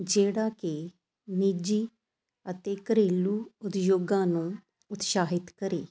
ਜਿਹੜਾ ਕਿ ਨਿੱਜੀ ਅਤੇ ਘਰੇਲੂ ਉਦਯੋਗਾਂ ਨੂੰ ਉਤਸ਼ਾਹਿਤ ਕਰੇ